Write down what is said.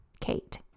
Kate